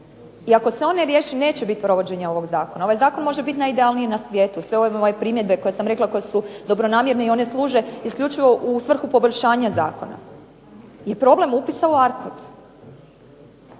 i ako se on ne riješi neće biti provođenja ovog zakona. Ovaj zakon može biti najidealniji na svijetu, sve ove moje primjedbe koje sam rekla, koje su dobronamjerne, i one služe isključivo u svrhu poboljšanja zakona, je problem upisa u